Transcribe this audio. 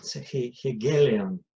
Hegelian